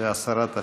והשרה תשיב.